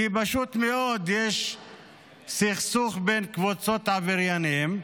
כי פשוט מאוד יש סכסוך בין קבוצות עבריינים.